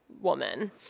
woman